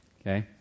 Okay